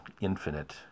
infinite